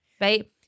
right